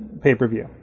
pay-per-view